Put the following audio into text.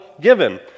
given